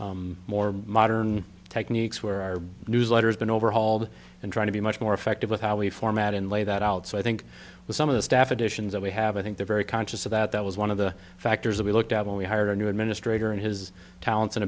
using more modern techniques where our newsletter has been overhauled and trying to be much more effective with how we format and lay that out so i think with some of the staff additions that we have a think they're very conscious of that that was one of the factors that we looked at when we hired a new administrator and his talent